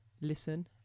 Listen